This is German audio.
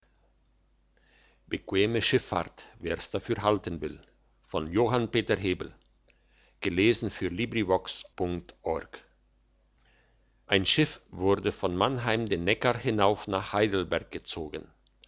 wer's dafür halten will ein schiff wurde von mannheim den neckar hinauf nach heidelberg gezogen